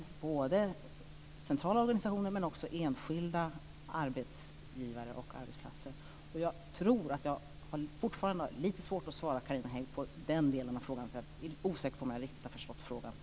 Det gäller både de centrala organisationerna men även enskilda arbetsgivare och arbetsplatser. Jag tror att jag fortfarande har lite svårt att svara Carina Hägg på den delen av frågan eftersom jag är osäker på om jag riktigt har förstått den.